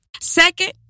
Second